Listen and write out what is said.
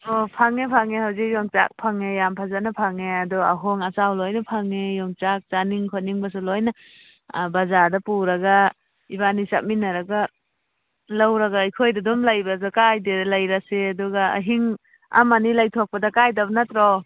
ꯑꯣ ꯐꯪꯉꯦ ꯐꯪꯉꯦ ꯍꯧꯖꯤꯛ ꯌꯣꯡꯆꯥꯛ ꯐꯪꯉꯦ ꯌꯥꯝ ꯐꯖꯅ ꯐꯪꯉꯦ ꯑꯗꯨ ꯑꯍꯣꯡ ꯑꯆꯥꯎ ꯂꯣꯏꯅ ꯐꯪꯉꯦ ꯌꯣꯡꯆꯥꯛ ꯆꯥꯅꯤꯡ ꯈꯣꯠꯅꯤꯡꯕꯁꯨ ꯂꯣꯏꯅ ꯕꯖꯥꯔꯗ ꯄꯨꯔꯒ ꯏꯕꯥꯅꯤ ꯆꯠꯃꯤꯠꯅꯔꯒ ꯂꯧꯔꯒ ꯑꯩꯈꯣꯏꯗ ꯑꯗꯨꯝ ꯂꯩꯕꯁꯨ ꯀꯥꯏꯗꯦ ꯂꯩꯔꯁꯤ ꯑꯗꯨꯒ ꯑꯍꯤꯡ ꯑꯃꯅꯤ ꯂꯩꯊꯣꯛꯄꯗ ꯀꯥꯏꯗꯕ ꯅꯠꯇ꯭ꯔꯣ